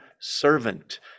servant